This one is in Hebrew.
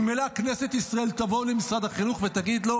ממילא כנסת ישראל תבוא למשרד החינוך ותגיד לו: